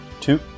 two